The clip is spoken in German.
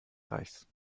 reichs